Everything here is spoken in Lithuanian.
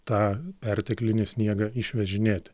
tą perteklinį sniegą išvežinėti